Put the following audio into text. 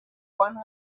one